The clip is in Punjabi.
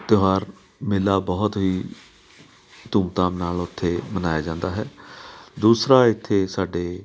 ਤਿਉਹਾਰ ਮੇਲਾ ਬਹੁਤ ਹੀ ਧੂਮਧਾਮ ਨਾਲ ਉੱਥੇ ਮਨਾਇਆ ਜਾਂਦਾ ਹੈ ਦੂਸਰਾ ਇੱਥੇ ਸਾਡੇ